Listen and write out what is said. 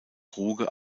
ruge